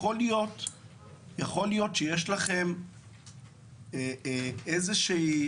יכול להיות שיש לכם איזה שהיא